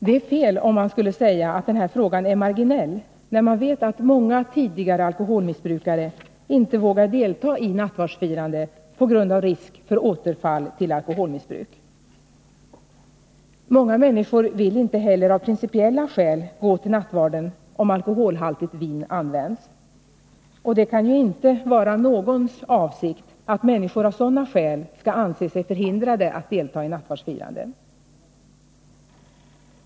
Det vore fel om man skulle säga att den här frågan är marginell, när man vet att många tidigare alkoholmissbrukare inte vågar delta i nattvardsfirande på grund av risk för återfall till alkoholmissbruk. Många människor vill inte heller av principiella skäl gå till nattvarden, om alkoholhaltigt vin används. Och det kan ju inte vara någons avsikt att människor av sådana skäl skall anse sig förhindrade att delta i nattvardsfirande.